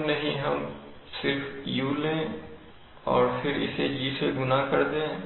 क्यों नहीं हम सिर्फ u ले और फिर इसे G से गुना कर दें